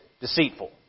deceitful